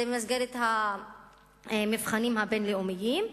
זה במסגרת המבחנים הבין-לאומיים,